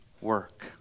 work